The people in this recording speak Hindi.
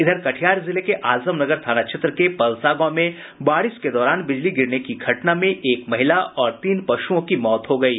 इधर कटिहार जिले के आजमनगर थाना क्षेत्र के पलसा गांव में बारिश के दौरान बिजली गिरने की घटना में एक महिला और तीन पशुओं की मौत हो गयी